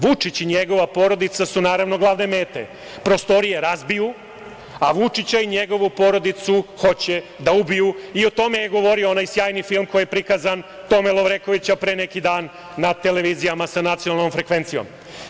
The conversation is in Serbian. Vučić i njegova porodica su naravno glavne mete, prostorije razbiju, a Vučića i njegovu porodicu hoće da ubiju i o tome je govorio onaj sjajni film koji je prikazan Tome Lovrekovića pre neki dan na televizijama sa nacionalnom frekvencijom.